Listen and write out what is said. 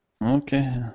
Okay